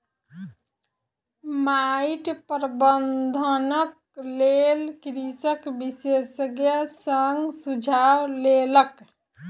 माइट प्रबंधनक लेल कृषक विशेषज्ञ सॅ सुझाव लेलक